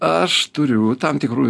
aš turiu tam tikrų